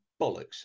bollocks